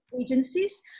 agencies